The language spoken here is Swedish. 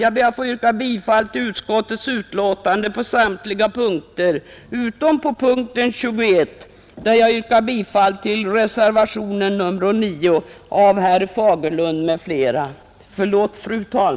Jag ber att få yrka bifall till utskottets hemställan i samtliga punkter utom punkten 21, där jag yrkar bifall till reservationen 9 av herr Fagerlund m, fl.